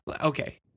okay